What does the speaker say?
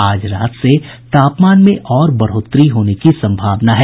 आज रात से तापमान में और बढ़ोतरी होने की सम्भावना है